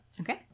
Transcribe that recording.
Okay